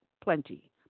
plenty